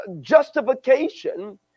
justification